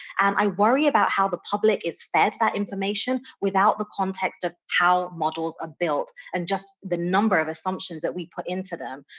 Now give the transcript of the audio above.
and i worry about how the public is fed that information without the context of how models are built, and just the number of assumptions that we put into them.